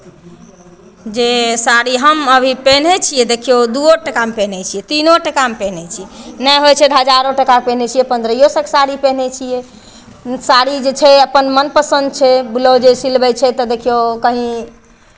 जे साड़ी हम अभी पेन्है छियै देखियौ दूओ टाकामे पेन्है छियै तीनो टाकामे पेन्है छियै नहि होइ छै तऽ हजारो टाकाके पेन्है छियै पन्द्रहो सएके साड़ी पेन्है छियै साड़ी जे छै अपन मनपसन्द छै ब्लाउजे सिलबै छै तऽ देखियौ कहीँ